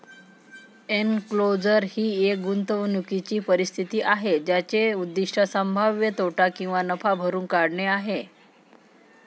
enclosure ही एक गुंतवणूकीची परिस्थिती आहे ज्याचे उद्दीष्ट संभाव्य तोटा किंवा नफा भरून काढणे आहे